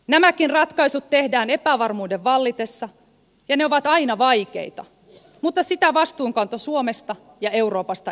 nämäkin ratkaisut tehdään epävarmuuden vallitessa ja ne ovat aina vaikeita mutta sitä vastuunkanto suomesta ja euroopasta edellyttää